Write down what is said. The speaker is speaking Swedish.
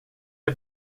jag